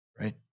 Right